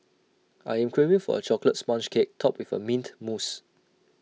I am craving for A Chocolate Sponge Cake Topped with Mint Mousse